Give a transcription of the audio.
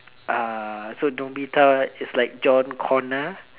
uh so Nobita is like John-Connor